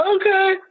Okay